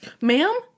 ma'am